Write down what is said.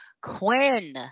Quinn